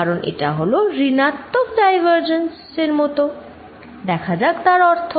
কারণ এটা হলো ঋণাত্মক ডাইভারজেন্স এর মত দেখা যাক তার অর্থ